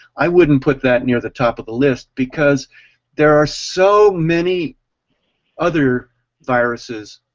i wouldn't put that near the top of the list, because there are so many other viruses